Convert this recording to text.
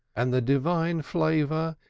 and the divine flavor,